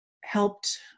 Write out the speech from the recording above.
helped